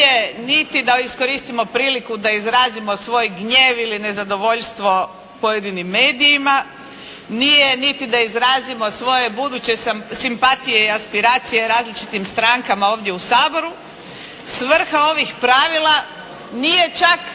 niti da iskoristimo priliku da izrazimo svoj gnjev ili nezadovoljstvo pojedinim medijima, nije niti da izrazimo svoje buduće simpatije i aspiracije različitim strankama ovdje u Saboru. Svrha ovih pravila nije čak